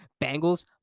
Bengals